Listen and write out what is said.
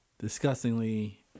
disgustingly